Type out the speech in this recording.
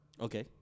Okay